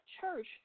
church